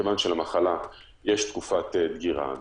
מכיוון שלמחלה יש תקופת דגירה,